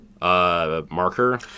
marker